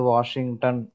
Washington